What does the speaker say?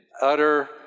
utter